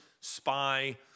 spy